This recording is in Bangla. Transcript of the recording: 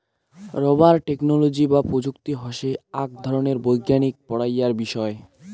রাবার টেকনোলজি বা প্রযুক্তি হসে আক ধরণের বৈজ্ঞানিক পড়াইয়ার বিষয়